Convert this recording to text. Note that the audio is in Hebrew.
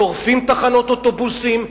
שורפים תחנות אוטובוסים,